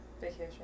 Vacation